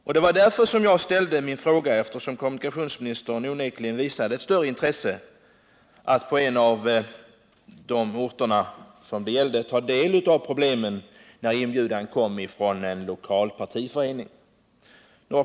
Detta var anledningen till att jag ställde min fråga, eftersom kommunikationsministern onekligen visade ett större intresse av att på en av de berörda orterna ta del av problemen när inbjudan kom från en lokal folkpartiförening.